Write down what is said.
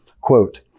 Quote